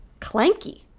Clanky